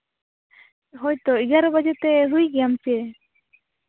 ᱦᱳᱭ ᱛᱚ ᱮᱜᱟᱨᱚ ᱵᱟᱡᱮ ᱛᱮ ᱦᱩᱭ ᱜᱮᱭᱟᱢ ᱥᱮ